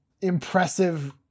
impressive